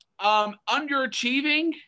underachieving